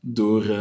door